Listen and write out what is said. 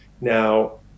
Now